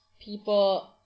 people